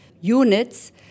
units